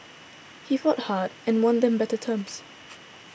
he fought hard and won them better terms